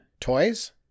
toys